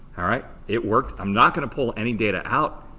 all right, it worked. i am not going to pull any data out.